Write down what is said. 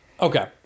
okay